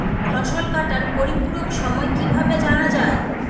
ফসল কাটার পরিপূরক সময় কিভাবে জানা যায়?